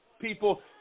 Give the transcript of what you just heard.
people